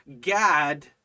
gad